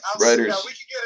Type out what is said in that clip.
writers